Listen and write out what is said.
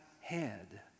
head